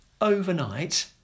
overnight